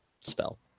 spell